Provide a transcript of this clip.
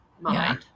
mind